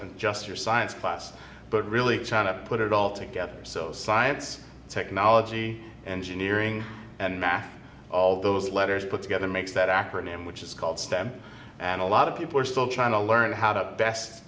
and just your science class but really trying to put it all together so science technology engineering and math all those letters put together makes that acronym which is called stem and a lot of people are still trying to learn how to best